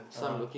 (uh huh)